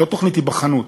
לא תוכנית היבחנות,